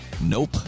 Nope